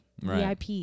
VIP